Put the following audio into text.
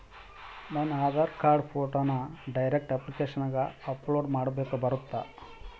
ನನ್ನ ಆಧಾರ್ ಕಾರ್ಡ್ ಫೋಟೋನ ಡೈರೆಕ್ಟ್ ಅಪ್ಲಿಕೇಶನಗ ಅಪ್ಲೋಡ್ ಮಾಡಾಕ ಬರುತ್ತಾ?